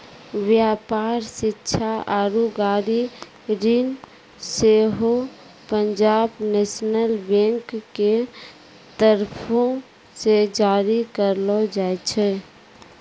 व्यापार, शिक्षा आरु गाड़ी ऋण सेहो पंजाब नेशनल बैंक के तरफो से जारी करलो जाय छै